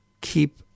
keep